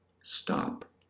stop